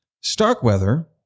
Starkweather